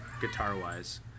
guitar-wise